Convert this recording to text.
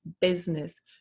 business